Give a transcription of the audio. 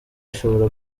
ishobora